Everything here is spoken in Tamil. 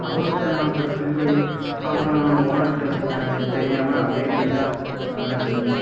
அவர்கிட்ட நான் அப்புறம் சொல்லி அப்புறம் ஓனர்கிட்ட தெரியாமல் அப்படியே நைசாக